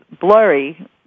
blurry